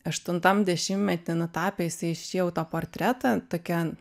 aštuntam dešimtmety nutapė jisai šį autoportretą tokia